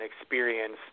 experience